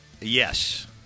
yes